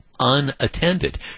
unattended